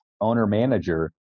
owner-manager